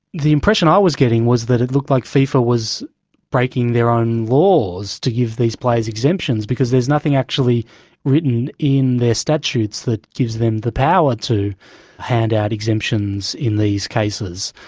the impression i was getting was that it looked like fifa was breaking their own laws to give these players exemptions because there's nothing actually written in their statutes that gives them the power to hand out exemptions in these cases.